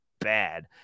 bad